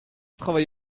travail